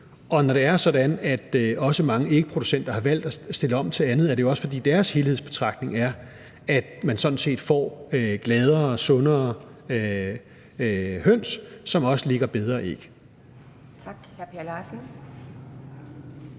og når det er sådan, at mange ægproducenter har valgt at stille om til andet, er det jo også, fordi deres helhedsbetragtning er, at man sådan set får gladere og sundere høns, som også lægger bedre æg.